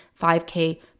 5k